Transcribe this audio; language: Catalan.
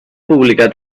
publicar